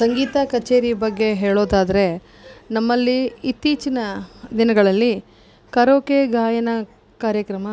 ಸಂಗೀತ ಕಚೇರಿ ಬಗ್ಗೆ ಹೇಳೋದಾದರೆ ನಮ್ಮಲ್ಲಿ ಇತ್ತೀಚಿನ ದಿನಗಳಲ್ಲಿ ಕರೋಕೆ ಗಾಯನ ಕಾರ್ಯಕ್ರಮ